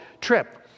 trip